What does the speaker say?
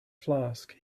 flask